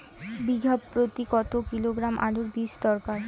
বিঘা প্রতি কত কিলোগ্রাম আলুর বীজ দরকার?